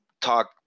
talk